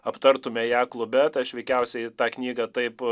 aptartumėme ją klube bet aš veikiausiai tą knygą taip